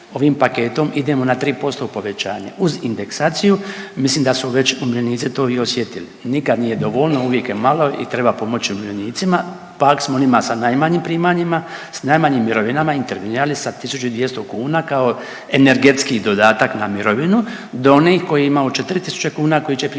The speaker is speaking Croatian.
ovim paketom idemo na tri posto povećanje uz indeksaciju. Mislim da su već umirovljenici to i osjetili. Nikad nije dovoljno, uvijek je malo i treba pomoći umirovljenicima, pa ako smo onima sa najmanjim primanjima, sa najmanjim mirovinama intervenirali sa 1200 kuna kao energetski dodatak na mirovinu do onih koji imaju 4000 kuna koji će primiti